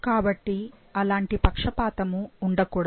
కాబట్టి అలాంటి పక్షపాతము ఉండకూడదు